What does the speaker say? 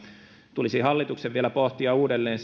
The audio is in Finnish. tulisi hallituksen vielä pohtia uudelleen